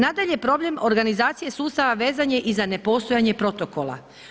Nadalje, problem organizacije sustava vezan je i za nepostojanje protokola.